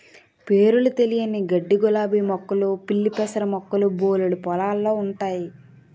పేరులు తెలియని గడ్డిగులాబీ మొక్కలు పిల్లిపెసర మొక్కలు బోలెడు పొలాల్లో ఉంటయి